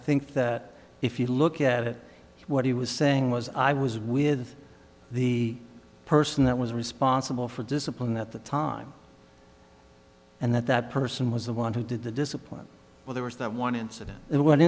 think that if you look at it what he was saying was i was with the person that was responsible for discipline at the time and that that person was the one who did the discipline well there was that one incident i